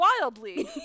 wildly